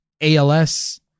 ALS